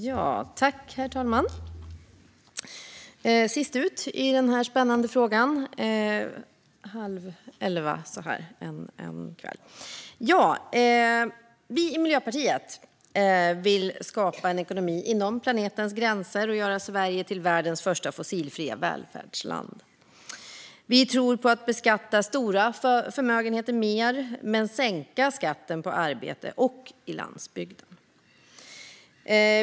Herr talman! Då var man sist ut i den här spännande frågan, klockan halv elva på kvällen. Vi i Miljöpartiet vill skapa en ekonomi inom planetens gränser och göra Sverige till världens första fossilfria välfärdsland. Vi tror på att beskatta stora förmögenheter mer men sänka skatten på arbete och i landsbygden.